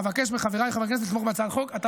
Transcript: אבקש מחבריי חברי הכנסת לתמוך בהצעת חוק חשובה זו,